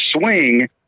swing